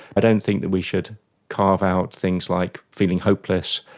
i don't think that we should carve out things like feeling hopeless,